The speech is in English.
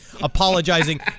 apologizing